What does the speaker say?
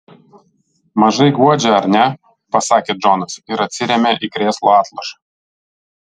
mažai guodžia ar ne pasakė džonas ir atsirėmė į krėslo atlošą